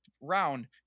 round